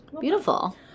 Beautiful